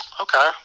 Okay